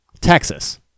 texas